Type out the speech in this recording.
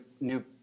new